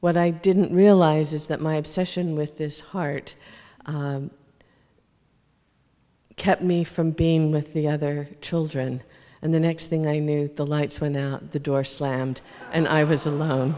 what i didn't realize is that my obsession with this heart kept me from being with the other children and the next thing i knew the lights went out the door slammed and i was alone